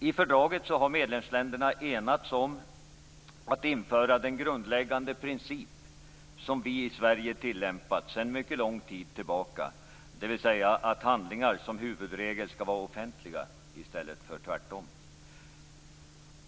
I fördraget har medlemsländerna enats om att införa den grundläggande princip som vi i Sverige har tillämpat sedan mycket lång tid tillbaka, dvs. att handlingar som huvudregel skall vara offentliga i stället för tvärtom.